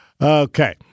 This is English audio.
Okay